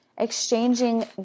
exchanging